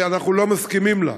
שאנחנו לא מסכימים איתה.